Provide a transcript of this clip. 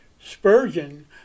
Spurgeon